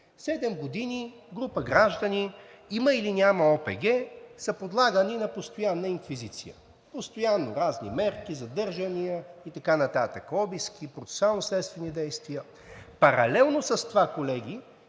Седем години група граждани, има или няма ОПГ, са подлагани на постоянна инквизиция. Постоянно разни мерки, задържания и така нататък, обиск, процесуално-следствени действия. Паралелно с това, колеги,